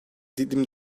dilim